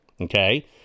Okay